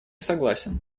согласен